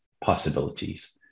possibilities